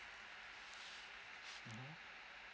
mmhmm